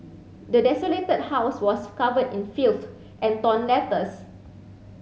the desolated house was covered in filth and torn letters